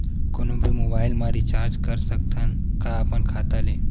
कोनो भी मोबाइल मा रिचार्ज कर सकथव का अपन खाता ले?